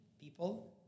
people